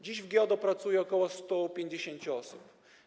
Dziś w GIODO pracuje ok. 150 osób.